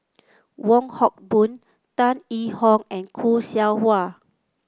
Wong Hock Boon Tan Yee Hong and Khoo Seow Hwa